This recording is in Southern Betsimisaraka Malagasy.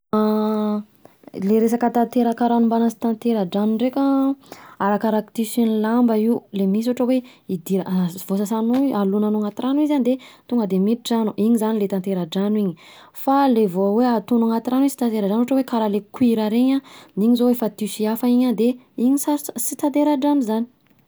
Le resaka tanteraka rano mbana sy tatera-drano ndreka: arakaraka tissun'ny lamba io, le misy ohatra hoe idira- vao sasanao alonanao anaty rano de tonga de midi-drano iny zany le tatera-drano iny, fa le vao hoe ataonao anaty rano izy sy tatera-drano ohatra hoe karaha le cuir reny iny zao efa tissu hafa iny an de iny sarotsa- tsy tatera-drao zany.